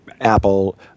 Apple